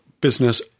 business